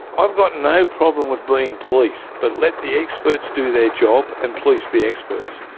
i've got no problem with being policed, but let the experts do their job and police the experts.